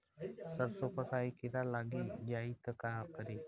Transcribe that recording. सरसो पर राही किरा लाग जाई त का करी?